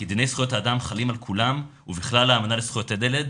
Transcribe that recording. כי דיני זכויות האדם חלים על כולם ובכלל האמנה לזכויות הילד.